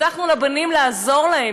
הבטחנו לבנים לעזור להם,